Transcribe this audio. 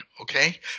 okay